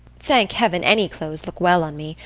thank heaven, any clothes look well on me,